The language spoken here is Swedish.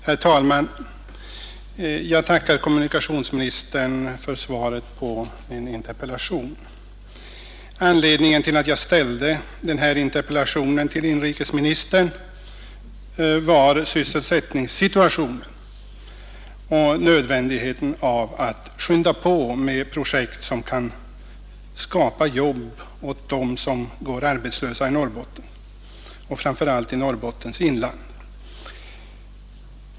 Herr talman! Jag tackar kommunikationsministern för svaret på min interpellation. Anledningen till att jag ställde denna interpellation till inrikesministern var sysselsättningssituationen och nödvändigheten av att skynda på med projekt som kan skapa jobb åt dem som går arbetslösa i Norrbotten, framför allt i Norrbottens inland.